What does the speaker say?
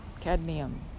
cadmium